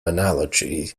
analogy